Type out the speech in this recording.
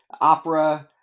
opera